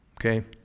Okay